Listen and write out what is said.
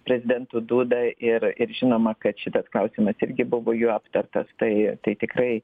prezidentu dūda ir ir žinoma kad šitas klausimas irgi buvo jų aptartas tai tai tikrai